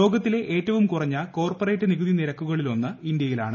ലോകത്തിലെ ഏറ്റവും കുറഞ്ഞ കോർപ്പറേറ്റ് നികുതി നിരക്കുകളിലൊന്ന് ഇന്ത്യയിലാണ്